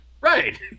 Right